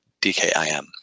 DKIM